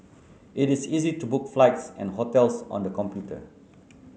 it is easy to book flights and hotels on the computer